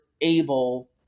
able